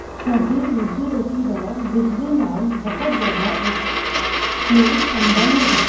ਸਾਡੀ ਰੋਜ਼ੀ ਰੋਟੀ ਦਾ ਬਿਜਲੀ ਨਾਲ ਬਹੁਤ ਜ਼ਿਆਦਾ ਇੱਕ ਕਲੋਜ਼ ਸੰਬੰਧ ਹੈ